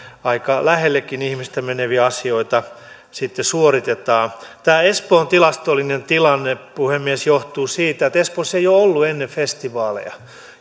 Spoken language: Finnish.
aika lähellekin ihmistä meneviä asioita sitten suoritetaan tämä espoon tilastollinen tilanne puhemies johtuu siitä että espoossa ei ole ollut ennen festivaaleja